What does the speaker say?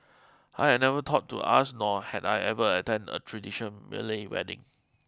I had never thought to ask nor had I ever attended a tradition Malay wedding